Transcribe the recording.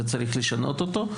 ויש לשנותו.